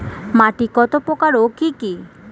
মাটি কতপ্রকার ও কি কী?